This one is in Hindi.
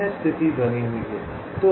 यह स्थिति बनी हुई है